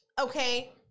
Okay